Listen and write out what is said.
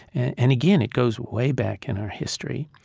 and, again, it goes way back in our history.